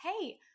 hey